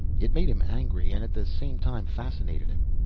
it made him angry and at the same time fascinated him.